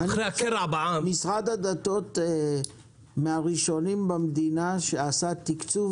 משרד הדתות מהראשונים במדינה שעשה תקצוב